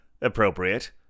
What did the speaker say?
appropriate